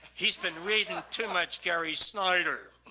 he's been reading too much gary snyder.